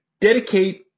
dedicate –